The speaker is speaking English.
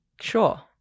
Sure